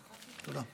תודה.